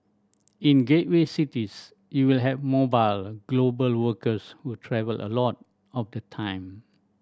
in gateway cities you will have mobile global workers who travel a lot of the time